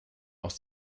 aus